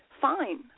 Fine